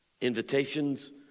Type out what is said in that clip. Invitations